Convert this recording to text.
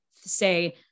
say